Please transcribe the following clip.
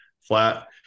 flat